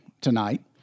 tonight